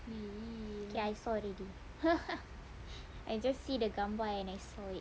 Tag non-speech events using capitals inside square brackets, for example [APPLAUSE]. K I saw already [LAUGHS] I just see the gambar and I saw it